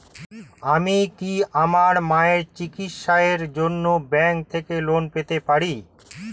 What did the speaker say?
আমি কি আমার মায়ের চিকিত্সায়ের জন্য ব্যঙ্ক থেকে লোন পেতে পারি?